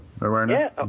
Awareness